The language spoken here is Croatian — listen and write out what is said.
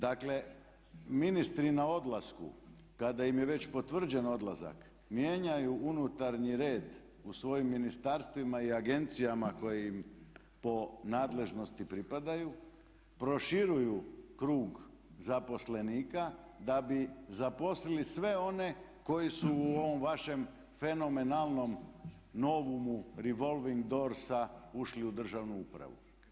Dakle ministri na odlasku kada im je već potvrđen odlazak mijenjaju unutarnji red u svojim ministarstvima i agencijama koji im po nadležnosti pripadaju, proširuju krug zaposlenika da bi zaposlili sve one koji su u ovom vašem fenomenalnom novumu revolving dorsa ušli u državnu upravu.